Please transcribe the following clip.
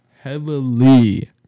heavily